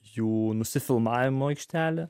jų nusifilmavimo aikštelę